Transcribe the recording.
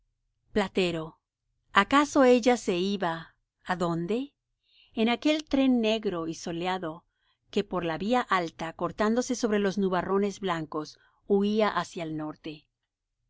platero acaso ella se iba adonde en aquel tren negro y soleado que por la vía alta cortándose sobre los nubarrones blancos huía hacia el norte yo